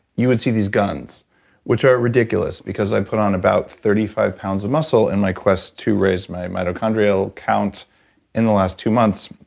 you would see these guns which are ridiculous because i've put on about thirty five pounds of muscle in my quest to raise my mitochondrial count in the last two months.